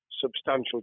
Substantial